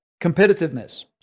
competitiveness